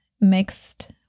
mixed